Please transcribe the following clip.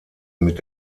mit